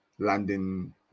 Landing